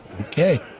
okay